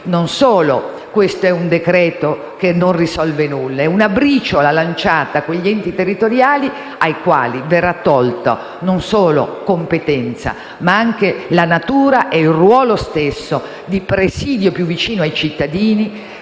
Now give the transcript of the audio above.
non solo quello in esame è un decreto-legge che non risolve nulla, ma è una briciola lanciata agli enti territoriali, ai quali verrà tolta non solo competenza, ma anche la natura e il ruolo stesso di presidio più vicino ai cittadini,